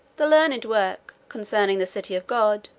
the learned work, concerning the city of god,